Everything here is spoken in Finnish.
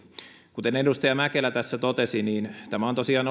kuten edustaja mäkelä totesi niin tämä on tosiaan